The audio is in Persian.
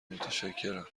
متشکرم